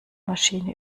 maschine